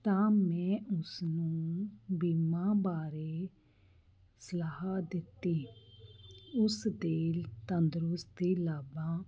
ਤਾਂ ਮੈਂ ਉਸਨੂੰ ਬੀਮਾ ਬਾਰੇ ਸਲਾਹ ਦਿੱਤੀ ਉਸ ਦੇ ਤੰਦਰੁਸਤੀ ਲਾਭਾਂ